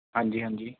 ਹਾਂਜੀ ਹਾਂਜੀ